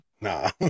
Nah